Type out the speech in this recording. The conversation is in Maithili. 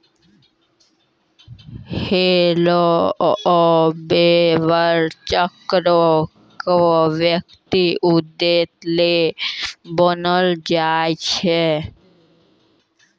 हरेक लेबर चेको क व्यक्तिगत उद्देश्य ल बनैलो जाय छै